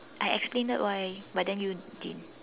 I explained why but you didn't